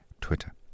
Twitter